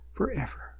forever